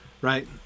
right